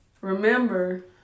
remember